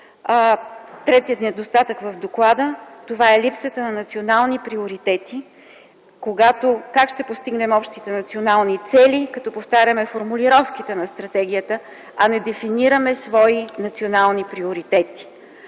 третия недостатък в доклада - това е липсата на национални приоритети. Как ще постигнем общите национални цели? Като повтаряме формулировките на стратегията, а не дефинираме свои национални приоритети?